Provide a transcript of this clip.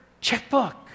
checkbook